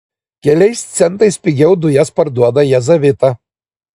keliais centais pigiau dujas parduoda jazavita